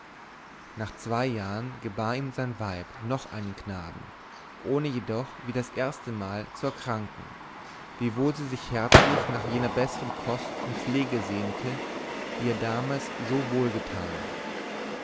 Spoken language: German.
nach zwei jahren gebar ihm sein weib noch einen knaben ohne jedoch wie das erstemal zu erkranken wiewohl sie sich herzlich nach jener bessern kost und pflege sehnte die ihr damals so wohl getan